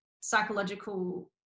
psychological